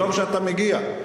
טוב שאתה מגיע.